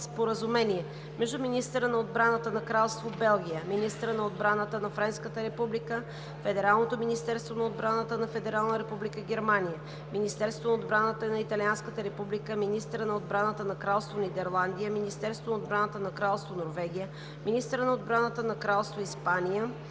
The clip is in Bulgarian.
между министъра на отбраната на Кралство Белгия, министъра на отбраната на Френската република, Федералното министерство на отбраната на Федерална република Германия, Министерството на отбраната на Италианската република, министъра на отбраната на Кралство Нидерландия, Министерството на отбраната на Кралство Норвегия, министъра на отбраната на Кралство Испания